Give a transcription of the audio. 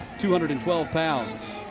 two hundred and twelve pounds.